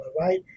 right